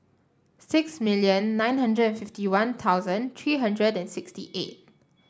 six million nine hundred and fifty One Thousand three hundred and sixty eight